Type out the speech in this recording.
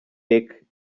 bec